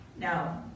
No